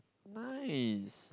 nice